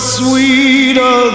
sweeter